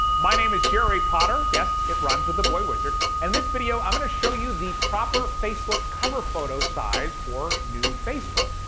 my name is jerry potter, yes, it rhymes with the boy wizard, and in this video, i'm gonna show you the proper facebook cover photo size for new facebook.